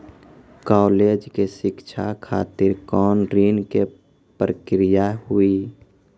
College के शिक्षा खातिर कौन ऋण के प्रक्रिया हुई?